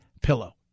Pillow